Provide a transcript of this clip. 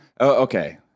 okay